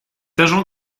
agent